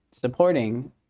supporting